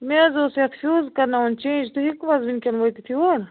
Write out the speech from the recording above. مےٚ حظ اوس یَتھ فیوٗز کَرناوُن چینٛج تُہۍ ہٮ۪کۍوٕ حظ وٕنۍکٮ۪ن وٲتِتھ یور